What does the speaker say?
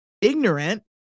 ignorant